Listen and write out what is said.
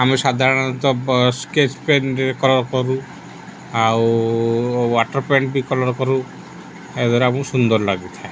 ଆମେ ସାଧାରଣତଃ ସ୍କେଚ୍ ପେନ୍ରେ କଲର୍ କରୁ ଆଉ ୱାଟର୍ ପେଣ୍ଟ ବି କଲର୍ କରୁ ଏହା ଦ୍ୱାରା ଆମକୁ ସୁନ୍ଦର ଲାଗିଥାଏ